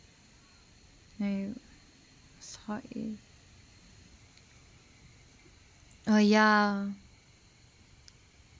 oh yeah